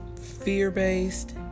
fear-based